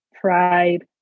pride